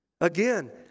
Again